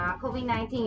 Covid-19